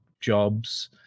jobs